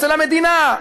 אצל המדינה,